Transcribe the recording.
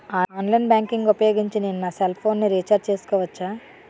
Online banking ఊపోయోగించి నేను నా సెల్ ఫోను ని రీఛార్జ్ చేసుకోవచ్చా?